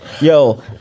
Yo